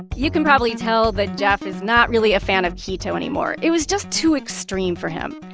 you can probably tell that jeff is not really a fan of keto anymore. it was just too extreme for him.